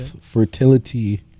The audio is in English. fertility